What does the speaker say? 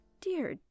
Dear